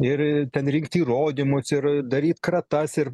ir ten rinkti įrodymus ir daryt kratas ir